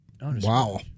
Wow